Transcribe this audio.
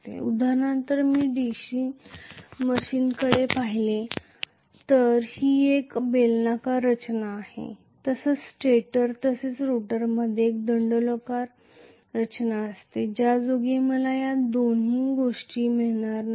उदाहरणार्थ मी DC मशिनकडे पाहिले तर ही एक बेलनाकार रचना आहे तसेच स्टेटर तसेच रोटरमध्ये एक दंडगोलाकार रचना असते ज्यायोगे मला या दोन गोष्टी मिळणार नाहीत